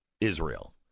Israel